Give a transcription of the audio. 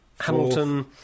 Hamilton